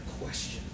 question